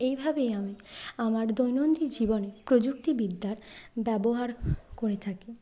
এইভাবেই আমি আমার দৈনন্দিন জীবনে প্রযুক্তিবিদ্যার ব্যবহার করে থাকি